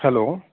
hello